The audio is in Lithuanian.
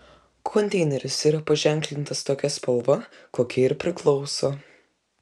konteineris yra paženklintas tokia spalva kokia ir priklauso